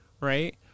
right